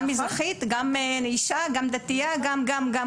גם כמזרחית, גם כאישה, גם כדתייה ועוד ועוד.